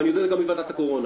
ואני יודע גם מוועדת הקורונה,